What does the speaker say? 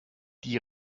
die